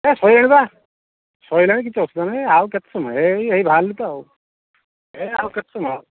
ହଁ ସରିଲାଣି ପା ସରିଲାଣି କିଛି ଅସୁବିଧା ନାହିଁ ଆଉ କେତେ ସମୟ ଏଇ ଏଇ ବାହାରିଲି ତ ଏଇ ଏଇ ଆଉ କେତେ ସମୟ